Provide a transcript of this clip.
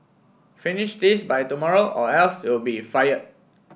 finish this by tomorrow or else you'll be fired